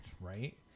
right